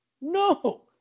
no